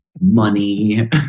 money